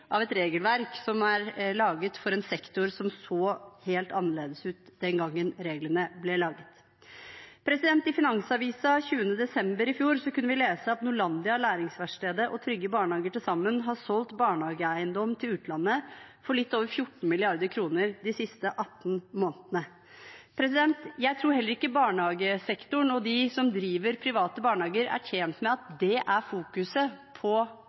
av et regelverk som er laget for en sektor som så helt annerledes ut den gangen reglene ble laget. I Finansavisen 20. desember i fjor kunne vi lese at Norlandia, Læringsverkstedet og Trygge Barnehager til sammen har solgt barnehageeiendom til utlandet for litt over 14 mrd. kr de siste 18 månedene. Jeg tror heller ikke barnehagesektoren og de som driver private barnehager, er tjent med at det er fokuset på